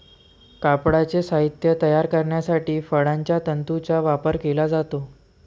कापडाचे साहित्य तयार करण्यासाठी फळांच्या तंतूंचा वापर केला जातो